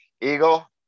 Eagle